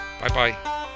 Bye-bye